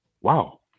wow